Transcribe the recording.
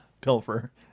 pilfer